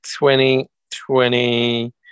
2020